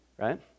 Right